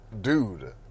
dude